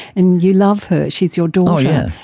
and you love her, she is your daughter. yeah